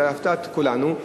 ולהפתעת כולנו,